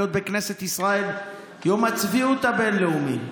בכנסת ישראל יום הצביעות הבין-לאומי.